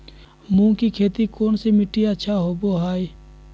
मूंग की खेती कौन सी मिट्टी अच्छा होबो हाय?